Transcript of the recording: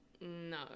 no